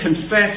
confess